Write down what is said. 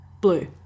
Blue